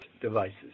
devices